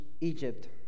Egypt